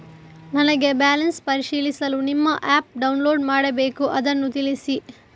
ನನಗೆ ಬ್ಯಾಲೆನ್ಸ್ ಪರಿಶೀಲಿಸಲು ನಿಮ್ಮ ಆ್ಯಪ್ ಡೌನ್ಲೋಡ್ ಮಾಡಬೇಕು ಅದನ್ನು ತಿಳಿಸಿ?